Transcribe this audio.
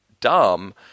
dumb